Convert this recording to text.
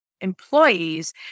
employees